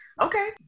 Okay